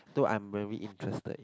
so I am very interested